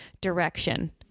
direction